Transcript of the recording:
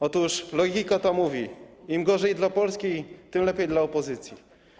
Otóż logika ta mówi: im gorzej dla Polski, tym lepiej dla opozycji.